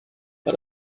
but